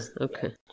Okay